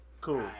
Cool